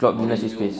klopp denies his space